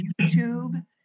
YouTube